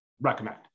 recommend